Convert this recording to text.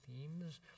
themes